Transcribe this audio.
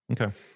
Okay